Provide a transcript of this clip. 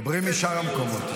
מדברים משאר המקומות,